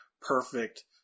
perfect